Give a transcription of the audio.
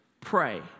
pray